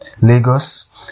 lagos